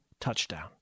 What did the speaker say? touchdown